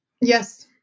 Yes